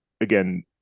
again